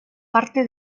parte